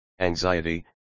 anxiety